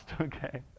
okay